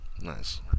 Nice